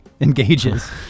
engages